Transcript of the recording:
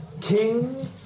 King